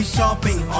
Shopping